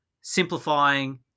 simplifying